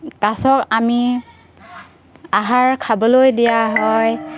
কাছক আমি আহাৰ খাবলৈ দিয়া হয়